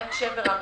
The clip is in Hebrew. באמת שבר אמיתי.